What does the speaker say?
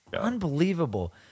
Unbelievable